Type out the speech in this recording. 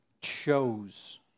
chose